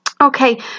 Okay